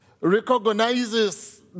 recognizes